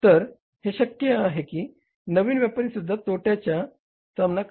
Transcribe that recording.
तर हे शक्य आहे की नवीन व्यापारीसुद्धा तोट्याचा सामना करण्यास किती काळ सक्षम असेल